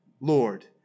Lord